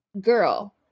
Girl